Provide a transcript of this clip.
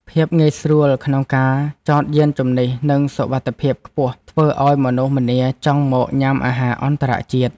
ភាពងាយស្រួលក្នុងការចតយានជំនិះនិងសុវត្ថិភាពខ្ពស់ធ្វើឱ្យមនុស្សម្នាចង់មកញ៉ាំអាហារអន្តរជាតិ។